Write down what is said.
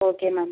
okay ma'am